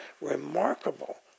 remarkable